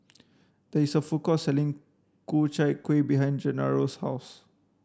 there is a food court selling Ku Chai Kueh behind Gennaro's house